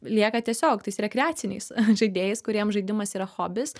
lieka tiesiog tais rekreaciniais žaidėjais kuriem žaidimas yra hobis